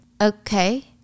Okay